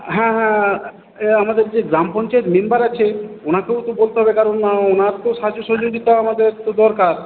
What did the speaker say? হ্যাঁ হ্যাঁ আমাদের যে গ্রাম পঞ্চায়েত মেম্বার আছে ওনাকেও তো বলতে হবে কারণ ওনার তো সাহায্য সহযোগিতা আমাদের তো দরকার